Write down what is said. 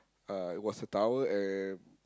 uh it was a tower and